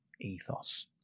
ethos